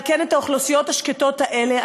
על-כן לאוכלוסיות השקטות האלה,